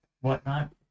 whatnot